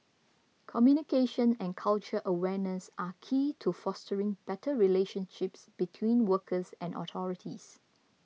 communication and cultural awareness are key to fostering better relationship between workers and authorities